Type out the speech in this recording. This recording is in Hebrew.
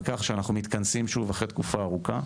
כך שאנחנו מתכנסים שוב אחרי תקופה ארוכה.